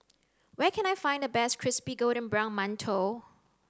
where can I find the best crispy golden brown Mantou